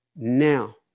Now